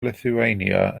lithuania